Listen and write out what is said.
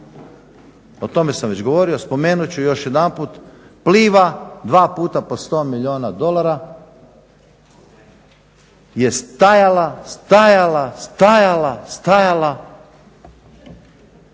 O tome sam već govorio. Spomenut ću još jedanput. Pliva dva puta po 100 milijuna dolara je stajala, stajala, stajala i